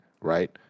right